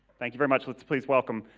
thank you very much. let's please welcome,